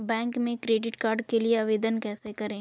Bank में credit card के लिए आवेदन कैसे करें?